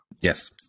Yes